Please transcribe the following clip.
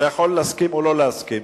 אתה יכול להסכים או לא להסכים,